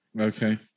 Okay